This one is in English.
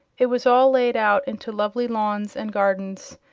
it was all laid out into lovely lawns and gardens,